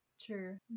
true